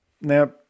Now